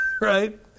right